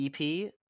ep